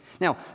Now